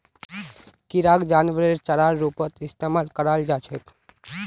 किराक जानवरेर चारार रूपत इस्तमाल कराल जा छेक